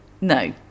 No